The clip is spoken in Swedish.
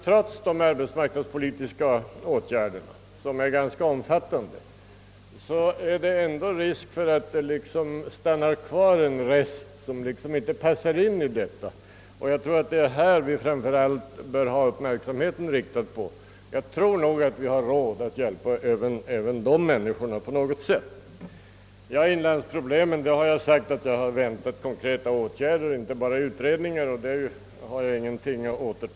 Trots de arbetsmarknadspolitiska åtgärderna, som är ganska omfattande, tror jag ändå att det föreligger risk för att en rest blir kvar som liksom inte passar in i bilden. Det är framför allt på denna punkt vi bör ha uppmärksamheten riktad. Jag tror att vi har råd att hjälpa även dessa människor. I fråga om inlandsproblemen har jag tidigare sagt att vi bara har utredningar och att jag har väntat på konkreta åtgärder.